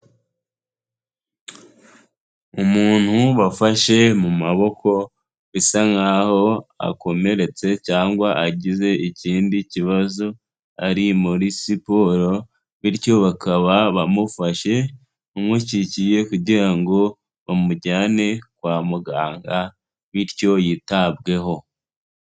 Umuntu bafashe mu maboko, bisa nkaho akomeretse cyangwa agize ikindi kibazo, ari muri siporo bityo bakaba bamufashe, bamukikiye kugira ngo bamujyane kwa muganga, bityo yitabweho